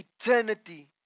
eternity